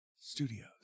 Studios